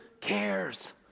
cares